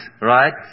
right